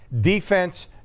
defense